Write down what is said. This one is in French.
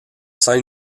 scènes